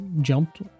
jumped